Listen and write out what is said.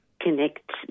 connect